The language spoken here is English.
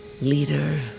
leader